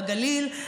בגליל,